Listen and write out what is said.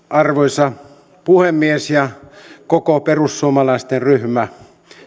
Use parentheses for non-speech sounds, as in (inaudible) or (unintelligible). (unintelligible) arvoisa puhemies ja koko perussuomalaisten ryhmä